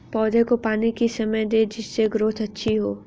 पौधे को पानी किस समय दें जिससे ग्रोथ अच्छी हो?